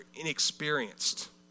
inexperienced